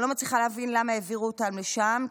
אני לא מצליחה להבין למה העבירו אותם לשם,